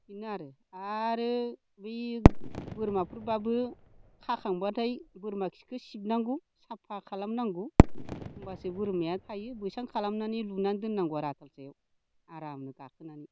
बिनो आरो आरो बे बोरमाफोरबाबो खाखांबाथाय बोरमा खिखौ सिबनांगौ साबफा खालामनांगौ होनबासो बोरमाया थायो बैसां खालामनानै लुनानै दोननांगौ आथाल सायाव आरामनो गाखोनानै